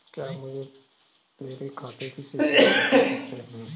आप मुझे मेरे खाते की शेष राशि बता सकते हैं?